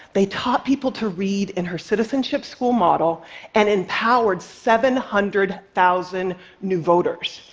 they taught people to read in her citizenship school model and empowered seven hundred thousand new voters.